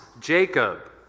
Jacob